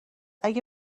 اگه